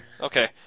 Okay